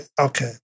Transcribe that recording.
Okay